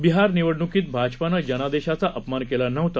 बिहार निवडणुकीत भाजपानं जनादेशाचा अपमान केला नव्हता